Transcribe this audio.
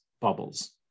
bubbles